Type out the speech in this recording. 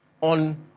on